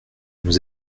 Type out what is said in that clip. nous